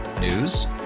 News